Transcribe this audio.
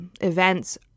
events